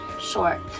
short